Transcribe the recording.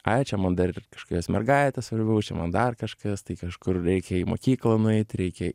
ai čia man dar ir kažkokios mergaitės svarbiau čia man dar kažkas tai kažkur reikia į mokyklą nueit reikia